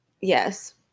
Yes